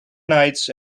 knights